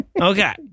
Okay